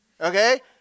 okay